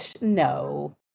No